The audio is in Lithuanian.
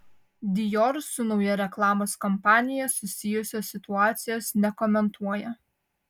dior su nauja reklamos kampanija susijusios situacijos nekomentuoja